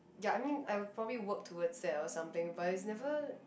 ya I mean I'd probably work towards that or something but it's never